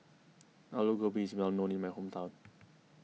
Alu Gobi is well known in my hometown